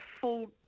full